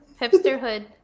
Hipsterhood